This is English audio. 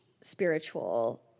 spiritual